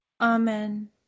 Amen